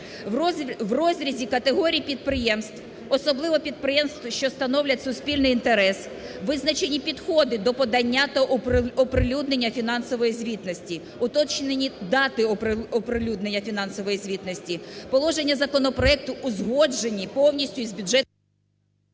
В розрізі категорії підприємств, особливо підприємств, що становлять суспільний інтерес, визначені підходи до подання та оприлюднення фінансової звітності, уточнені дати оприлюднення фінансової звітності. Положення законопроекту узгоджені повністю з …